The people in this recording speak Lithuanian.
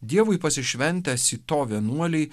dievui pasišventę sito vienuoliai